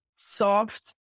soft